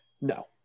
No